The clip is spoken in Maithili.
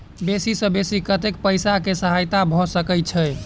बेसी सऽ बेसी कतै पैसा केँ सहायता भऽ सकय छै?